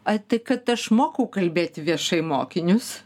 ai tai kad aš mokau kalbėti viešai mokinius